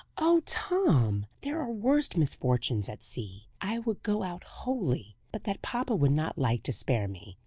oh, tom! there are worse misfortunes at sea. i would go out wholly, but that papa would not like to spare me,